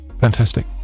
Fantastic